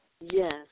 Yes